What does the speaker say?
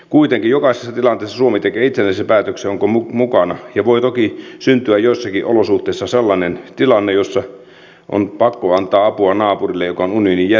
kuitenkin jokaisessa tilanteessa suomi tekee itsenäisen päätöksen onko mukana ja voi toki syntyä joissakin olosuhteissa sellainen tilanne jossa on pakko antaa apua naapurille joka on unionin jäsen